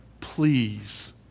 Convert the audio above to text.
Please